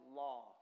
law